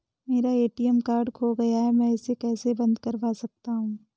मेरा ATM card खो गया है मैं इसे कैसे बंद करवा सकता हूँ?